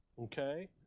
Okay